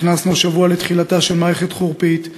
נכנסנו השבוע לתחילתה של מערכת חורפית,